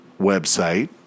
website